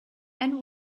and